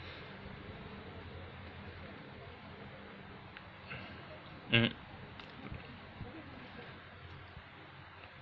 mm